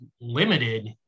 limited